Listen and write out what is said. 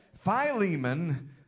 Philemon